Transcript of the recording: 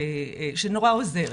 שנורא עוזרת.